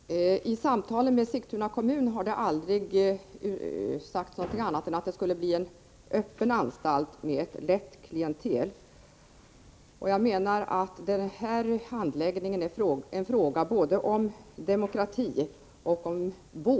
Herr talman! Vid samtalen med Sigtuna kommun har det aldrig sagts någonting annat än att det skulle bli en öppen anstalt med ett lätt klientel i Rosersberg. Det här är en fråga både om demokrati och om vård.